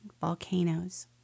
volcanoes